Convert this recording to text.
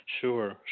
Sure